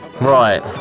Right